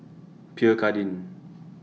Pierre Cardin